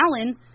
Allen